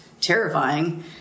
terrifying